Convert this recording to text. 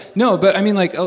no, but, i mean, like,